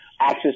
access